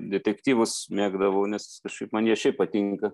detektyvus mėgdavau nes kažkaip man jie šiaip patinka